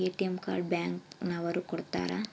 ATM card bank ನವರು ಕೊಡ್ತಾರ